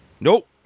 Nope